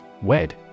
Wed